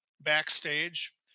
backstage